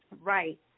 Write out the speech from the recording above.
Right